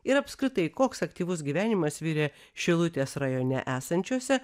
ir apskritai koks aktyvus gyvenimas virė šilutės rajone esančiuose